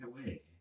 away